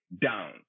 down